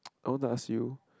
I won't ask you